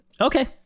Okay